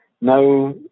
No